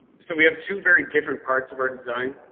so we have two very different parts of our design.